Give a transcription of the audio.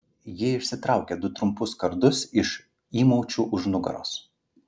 ji išsitraukė du trumpus kardus iš įmaučių už nugaros